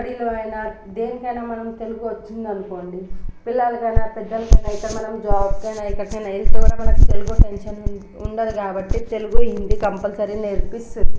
స్టడీలోనైనా దీంట్లోనైనా మనం తెలుగు వచ్చిందని అనుకోండి పిల్లలకైనా పెద్దలకైనా లేకపోతే మన జాబ్కైనా ఎక్కడికైనా వెళ్తే మనం మనకు తెలుగు టెన్షన్ ఉండదు కాబట్టి తెలుగు హిందీ కంపల్సరీ నేర్పిస్తుంది